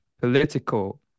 political